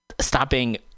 stopping